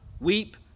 weep